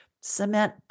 cement